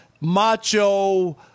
macho